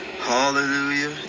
hallelujah